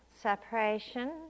separation